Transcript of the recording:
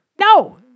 No